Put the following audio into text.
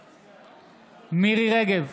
בעד מירי מרים רגב,